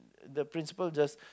the principal just